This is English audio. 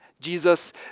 Jesus